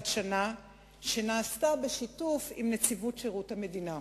שנה שנעשתה בשיתוף עם נציבות שירות המדינה.